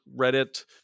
Reddit